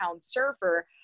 surfer